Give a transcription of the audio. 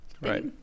right